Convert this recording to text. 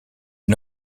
est